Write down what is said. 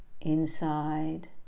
inside